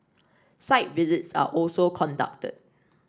site visits are also conducted